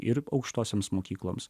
ir aukštosioms mokykloms